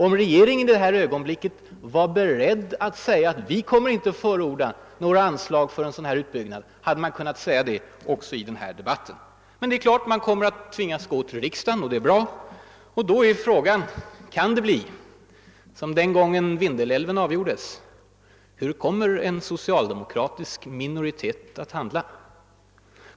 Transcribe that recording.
Om regeringen i detta ögonblick var beredd att säga: »Vi kommer inte att förorda några anslag för en sådan här utbyggnad», hade den kunnat säga det också i den här debatten. Men det är klart: regeringen kommer att tvingas gå till riksdagen om den vill bygga ut, och det är bra. Då är frågan: Kan det då bli som den gången frågan om Vindelälven avgjordes? Hur kommer en socialdemokratisk minoritet att handla?